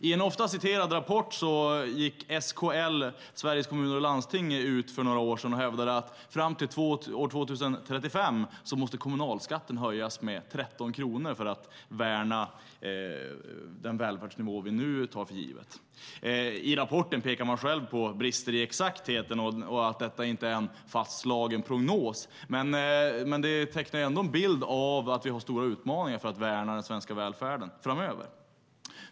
I en ofta citerad rapport hävdade SKL, Sveriges Kommuner och Landsting, för några år sedan att fram till år 2035 måste kommunalskatten höjas med 13 kronor för att värna den välfärdsnivå som vi nu tar för given. I rapporten pekar man själv på brister i exaktheten och att detta inte är en fastslagen prognos, men det tecknar ändå en bild av att vi har stora utmaningar i att värna den svenska välfärden framöver.